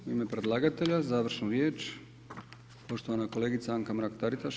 U ime predlagatelja završna riječ, poštovana kolegica Anka Mrak-Taritaš.